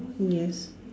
yes